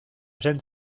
gènes